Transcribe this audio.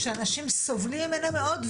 שאנשים סובלים ממנה מאוד.